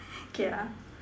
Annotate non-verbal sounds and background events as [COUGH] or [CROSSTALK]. [BREATH] K lah